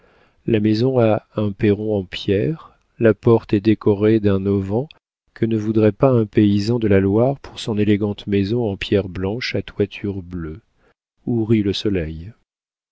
la maison a un perron en pierre la porte est décorée d'un auvent que ne voudrait pas un paysan de la loire pour son élégante maison en pierre blanche à toiture bleue où rit le soleil